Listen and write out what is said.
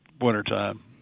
wintertime